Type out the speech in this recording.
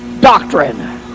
doctrine